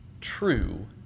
true